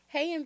Hey